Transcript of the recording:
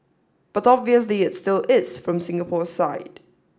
but obviously it still is from Singapore's side